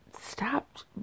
stopped